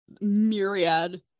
myriad